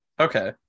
Okay